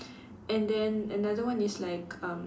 and then another one is like um